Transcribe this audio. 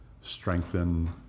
strengthen